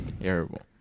Terrible